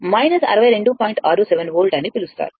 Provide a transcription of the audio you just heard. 67 volt అని పిలుస్తారు